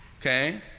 Okay